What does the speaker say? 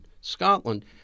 Scotland